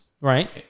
Right